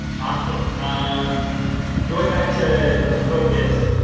awesome. um um going back to focus,